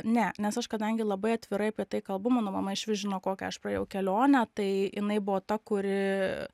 ne nes aš kadangi labai atvirai apie tai kalbu mano mama išvis žino kokią aš praėjau kelionę tai jinai buvo ta kuri